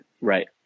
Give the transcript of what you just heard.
right